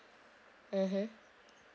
mmhmm